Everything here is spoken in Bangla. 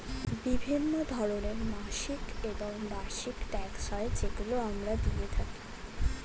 বিভিন্ন ধরনের মাসিক এবং বার্ষিক ট্যাক্স হয় যেগুলো আমরা দিয়ে থাকি